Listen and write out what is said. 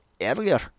earlier